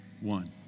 One